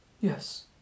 Yes